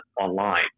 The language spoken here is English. online